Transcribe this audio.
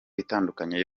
itandukanye